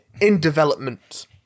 in-development